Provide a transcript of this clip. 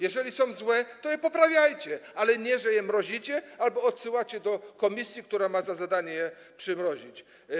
Jeżeli są złe, to je poprawiajcie, ale nie róbcie tak, że je mrozicie albo odsyłacie do komisji, która ma za zadanie je przymrozić.